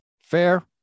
Fair